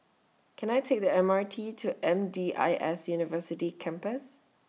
Can I Take The M R T to M D I S University Campus